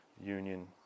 Union